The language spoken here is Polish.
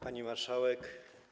Pani Marszałek!